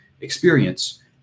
experience